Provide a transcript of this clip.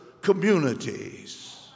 communities